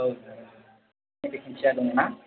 औ भेखेनसिया दंना